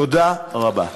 תודה רבה.